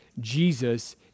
Jesus